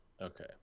okay